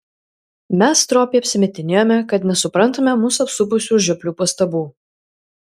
mes stropiai apsimetinėjome kad nesuprantame mus apsupusių žioplių pastabų